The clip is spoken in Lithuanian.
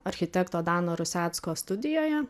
architekto dano rusecko studijoje